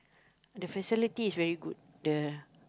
the facility is very good the